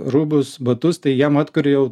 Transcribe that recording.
rūbus batus tai jiem atkuri jau